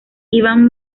iván